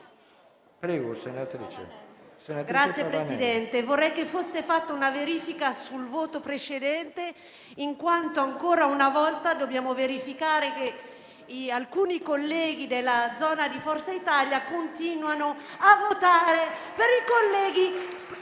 Signor Presidente, vorrei che fosse fatta una verifica sul voto precedente, in quanto ancora una volta dobbiamo verificare che alcuni colleghi della zona di Forza Italia continuano a votare per i colleghi